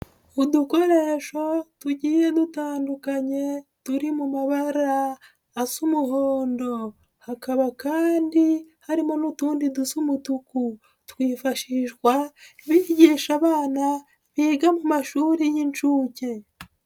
Udukoresho tugiye dutandukanye turi mu mabara asa umuhondo, hakaba kandi harimo n'utundi dusa umutuku, twifashishwa bigisha abana biga mu mashuri y'inshuke.